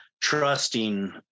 trusting